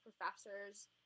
professors